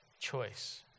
Choice